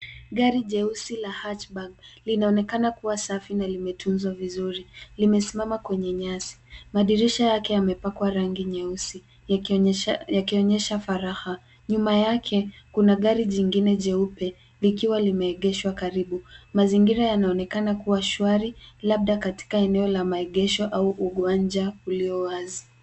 Gari jeusi la Hatchback linaonekana kuwa safi na limetunzwa vizuri, limesimama kwenye nyasi, madirisha yake yamepakwa rangi nyeusi yakionyesha faragha. Nyuma yake, kuna gari jingine jeupe likiwa limeegeshwa karibu. Mazingira yanaonekana kuwa shwari, labda katika eneo la maegesho au uwanja ulio wazi.